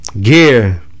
Gear